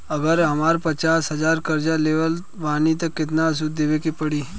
अगर हम पचास हज़ार कर्जा लेवत बानी त केतना सूद देवे के पड़ी?